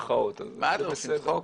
מה, אתה עושה צחוק?